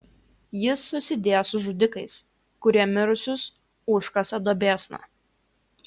jis susidėjo su žudikais kurie mirusius užkasa duobėsna